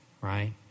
right